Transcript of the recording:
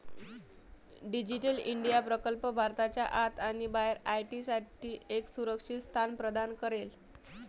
digital India प्रकल्प भारताच्या आत आणि बाहेर आय.टी साठी एक सुरक्षित स्थान प्रदान करेल